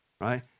right